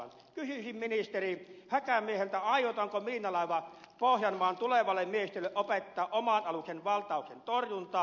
kysyisin ministeri häkämieheltä aiotaanko miinalaiva pohjanmaan tulevalle miehistölle opettaa oman aluksen valtauksen torjuntaa